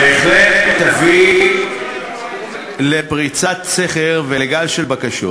בהחלט תביא לפריצת סכר ולגל של בקשות